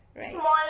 small